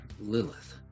Lilith